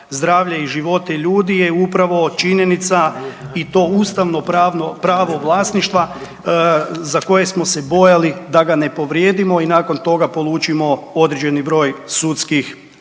zdravlje i živote ljudi je upravo činjenica i to ustavno pravo vlasništva za koje smo se bojali da ga ne povrijedimo i nakon toga polučimo određeni broj sudskih